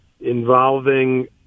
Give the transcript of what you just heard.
involving